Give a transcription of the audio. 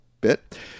Bit